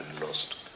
lost